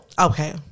Okay